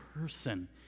person